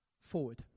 forward